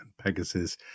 Pegasus